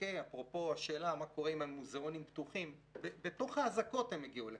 אפרופו השאלה מה קורה עם המוזיאונים בתוך האזעקות הם הגיעו לכאן.